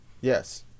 Yes